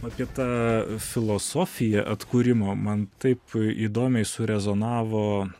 apie tą filosofiją atkūrimo man taip įdomiai surezonavo